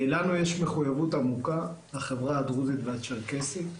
לנו יש מחויבות עמוקה לחברה הדרוזית והצ'רקסית.